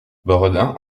boredain